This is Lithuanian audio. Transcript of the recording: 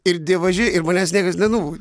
ir dievaži ir manęs niekas nenubaudė